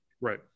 right